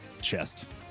chest